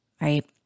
right